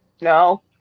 No